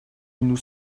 nous